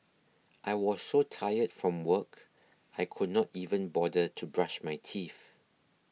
I was so tired from work I could not even bother to brush my teeth